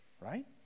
right